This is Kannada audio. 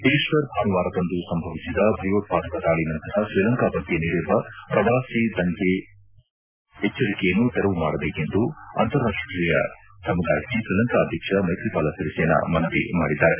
ಈಸ್ಸರ್ ಭಾನುವಾರದಂದು ಸಂಭವಿಸಿದ ಭಯೋತ್ವಾದಕ ದಾಳಿ ನಂತರ ಶ್ರೀಲಂಕಾ ಬಗ್ಗೆ ನೀಡಿರುವ ಪ್ರವಾಸಿಗರಿಗೆ ನೀಡಿರುವ ಎಚ್ಚರಿಕೆಯನ್ನು ತೆರವು ಮಾಡಬೇಕೆಂದು ಅಂತಾರಾಷ್ಟೀಯ ಸಮುದಾಯಕ್ಕೆ ಶ್ರೀಲಂಕಾ ಅಧ್ಯಕ್ಷ ಮೈತ್ರಿಪಾಲ ಸಿರಿಸೇನಾ ಮನವಿ ಮಾಡಿದ್ದಾರೆ